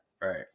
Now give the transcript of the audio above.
right